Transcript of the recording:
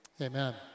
amen